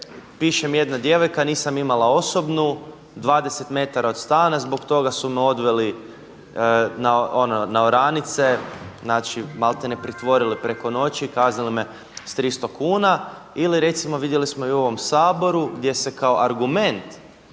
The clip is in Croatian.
piše mi jedna djevojka nisam imala osobnu 20 metara od stana zbog toga su me odveli na oranice, znači malte ne pritvorili preko noći i kaznili me s 300 kuna ili recimo vidjeli smo i u ovom Saboru gdje se kao argument